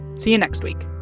see you next week